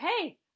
hey